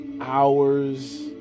Hours